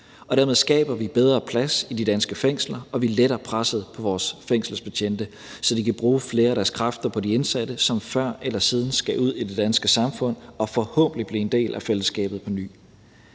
Dermed skaber vi bedre plads i de danske fængsler, og vi letter presset på vores fængselsbetjente, så de kan bruge flere af deres kræfter på de indsatte, som før eller siden skal ud i det danske samfund og forhåbentlig blive en del af fællesskabet på ny.